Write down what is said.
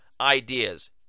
ideas